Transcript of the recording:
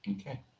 Okay